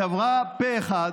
היא עברה פה אחד.